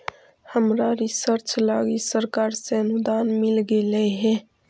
हमरा रिसर्च लागी सरकार से अनुदान मिल गेलई हे